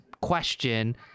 question